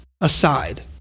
aside